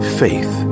faith